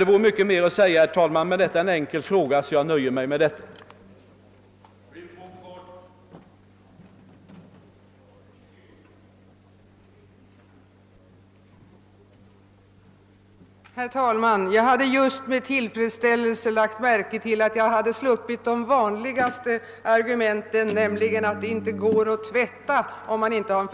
Det vore mycket mer att tillägga, men här gäller det en enkel fråga och jag nöjer mig därför med det